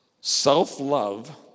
Self-love